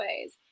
ways